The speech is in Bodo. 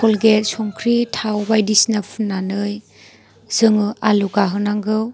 कलगेट संख्रि थाव बायदिसिना फुननानै जोङो आलौ गाहोनांगौ